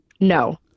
no